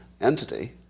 entity